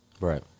Right